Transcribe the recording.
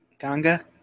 Ganga